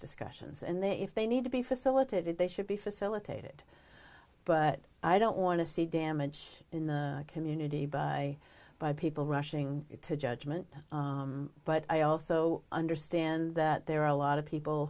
discussions and then if they need to be facilitated they should be facilitated but i don't want to see damage in the community by by people rushing to judgment but i also understand that there are a lot of people